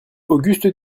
auguste